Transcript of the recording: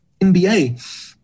NBA